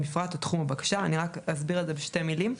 המפרט או תחום הבקשה"; אני רק אסביר על זה בשתי מילים.